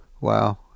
Wow